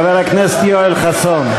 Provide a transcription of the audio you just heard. חבר הכנסת יואל חסון,